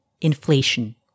inflation